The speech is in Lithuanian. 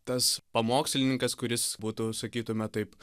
tas pamokslininkas kuris būtų sakytume taip